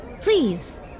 please